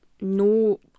no